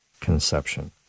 conception